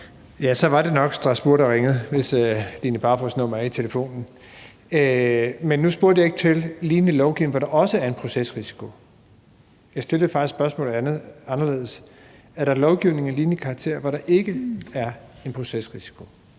(S): Så var det nok Strasbourg, der ringede, hvis Line Barfods nummer er i telefonen. Men nu spurgte jeg ikke til lignende lovgivning, hvor der også er en procesrisiko. Jeg stillede faktisk spørgsmålet anderledes: Er der lovgivning af lignende karakter, hvor der ikke er en procesrisiko?